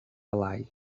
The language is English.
lie